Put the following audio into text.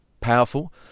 powerful